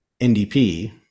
NDP